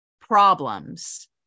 problems